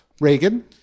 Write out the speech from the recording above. Reagan